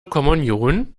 kommunion